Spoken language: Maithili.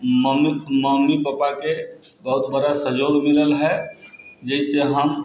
मम्मी मम्मी पप्पाके बहुत बड़ा सहयोग मिलल है जैसे हम